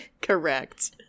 Correct